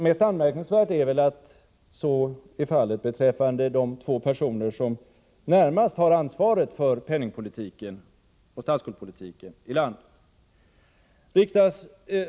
Mest anmärkningsvärt är väl att så är fallet beträffande de två personer som närmast har ansvaret för penningpolitiken och statsskuldpolitiken i landet.